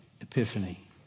epiphany